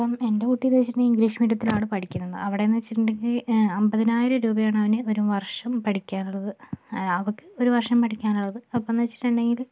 ഇപ്പോൾ എൻ്റെ കുട്ടി എന്ന് വെച്ചിട്ടുണ്ടേൽ ഇംഗ്ലീഷ് മീഡിയത്തിലാണ് പഠിക്കുന്നത് അവിടെ എന്ന് വെച്ചിട്ടുണ്ടെങ്കിൽ അൻപതിനായിരം രൂപയാണ് അവന് ഒരു വർഷം പഠിക്കാൻ ഉള്ളത് അവക്ക് ഒരു ഒരു വർഷം പഠിക്കാൻ ഉള്ളത് ഇപ്പോൾ എന്ന് വെച്ചിട്ടുണ്ടെങ്കിൽ